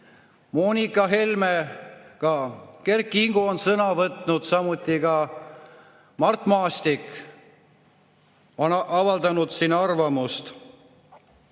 Moonika Helmega, ka Kert Kingo on sõna võtnud, samuti ka Mart Maastik on avaldanud siin arvamust,